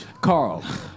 Carl